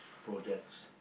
projects